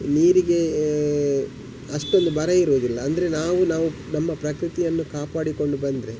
ನೀರಿಗೆ ಅಷ್ಟೊಂದು ಬರ ಇರುವುದಿಲ್ಲ ಅಂದರೆ ನಾವು ನಾವು ನಮ್ಮ ಪ್ರಕೃತಿಯನ್ನು ಕಾಪಾಡಿಕೊಂಡು ಬಂದರೆ